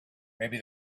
maybe